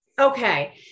Okay